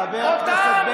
חבר הכנסת עודה,